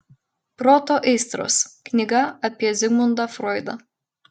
proto aistros knyga apie zigmundą froidą